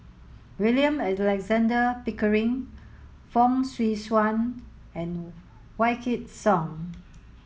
William Alexander Pickering Fong Swee Suan and Wykidd Song